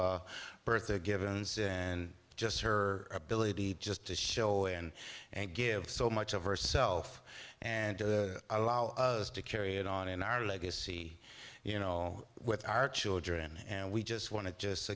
bertha givens and just her ability just to show and and give so much of herself and allow us to carry it on in our legacy you know with our children and we just want to just